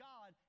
God